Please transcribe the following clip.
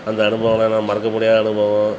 அந்த அனுபவம்லாம் என்னால் மறக்க முடியாத அனுபவம்